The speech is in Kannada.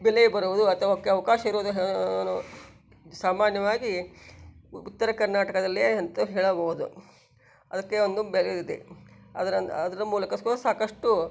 ಬೆಲೆ ಬರುವುದು ಅಥವಾ ಅವಕಾಶ ಇರುವುದು ಸಾಮಾನ್ಯವಾಗಿ ಉತ್ತರ ಕರ್ನಾಟಕದಲ್ಲೇ ಅಂತ ಹೇಳಬಹುದು ಅದಕ್ಕೆ ಒಂದು ಬೆಲೆಯಿದೆ ಅದರ ಅದರ ಮೂಲಕ ಸ್ವ ಸಾಕಷ್ಟು